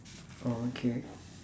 oh okay